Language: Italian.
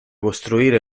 costruire